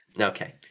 Okay